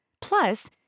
Plus